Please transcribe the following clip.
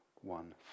one